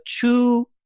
two